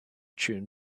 tune